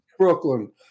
Brooklyn